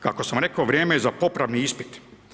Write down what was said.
Kako sam rekao, vrijeme je za popravni ispit.